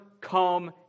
come